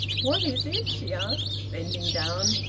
what is it? she asked, bending down.